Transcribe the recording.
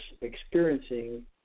experiencing